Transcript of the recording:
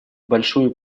большую